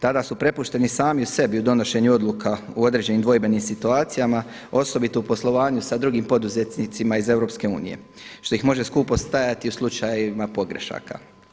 Tada su prepušteni sami sebi u donošenju odluka u određenim dvojbenim situacijama, osobito u poslovanju sa drugim poduzetnicima iz EU, što ih može skupo stajati u slučajevima pogrešaka.